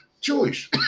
choice